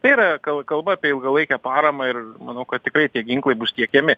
tai yra kalba apie ilgalaikę paramą ir manau kad tikrai tie ginklai bus tiekiami